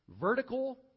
Vertical